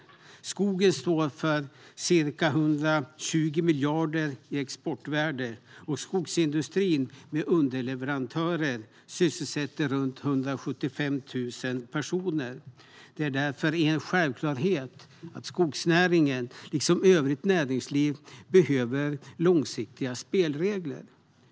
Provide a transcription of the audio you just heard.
Skogen står för ca 120 miljarder i exportvärde, och skogsindustrin med underleverantörer sysselsätter runt 175 000 personer. Det är därför en självklarhet att skogsnäringen, liksom övrigt näringsliv, behöver långsiktiga spelregler.